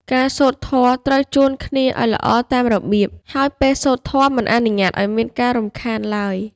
ការសូត្រធម៌ត្រូវជួនគ្នាឱ្យល្អតាមរបៀប ហើយពេលសូត្រធម៌មិនអនុញ្ញាតឱ្យមានការរំខានឡើយ។